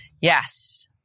Yes